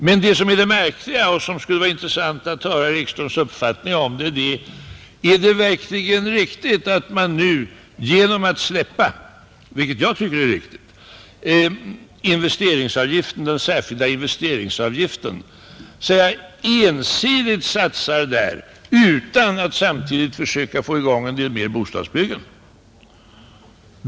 Men det som är det märkliga och som det skulle vara intressant att höra herr Ekströms uppfattning om är följande: Är det verkligen riktigt att ensidigt släppa den särskilda investeringsavgiften utan att samtidigt försöka få i gång en del mer bostadsbyggande?